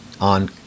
on